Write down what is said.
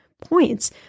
points